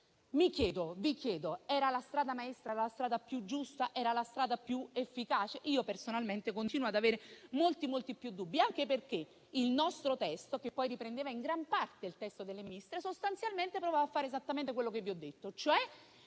Mi chiedo e vi chiedo: era la strada maestra? Era la strada più giusta? Era la strada più efficace? Personalmente, io continuo ad avere molti dubbi anche perché il nostro testo, che poi riprendeva in gran parte quello in esame, sostanzialmente prova a fare esattamente ciò che vi ho detto, cioè